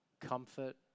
comfort